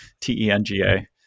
T-E-N-G-A